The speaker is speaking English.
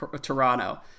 Toronto